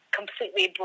completely